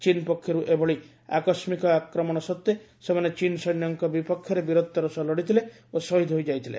ଚୀନ ପକ୍ଷରୁ ଏଭଳି ଆକସ୍କିକ ଆକର୍ମଣ ସତ୍ତ୍ୱେ ସେମାନେ ଚୀନ ସୈନ୍ୟଙ୍କ ବିପକ୍ଷରେ ବୀରତ୍ୱର ସହ ଲଢ଼ିଥିଲେ ଓ ଶହୀଦ ହୋଇଯାଇଥିଲେ